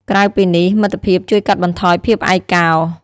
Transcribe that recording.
ក្រៅពីនេះ មិត្តភាពជួយកាត់បន្ថយភាពឯកោ។